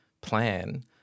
plan